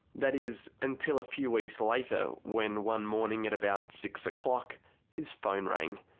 that is, until a few weeks later when one morning at about six o'clock his phone rang.